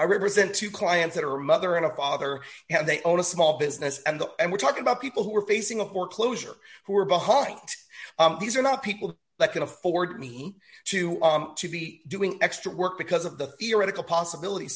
i represent two clients that are mother and a father and they own a small business and the we're talking about people who are facing a foreclosure who are behind these are not people that can afford me to be doing extra work because of the theoretical possibility